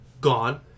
gone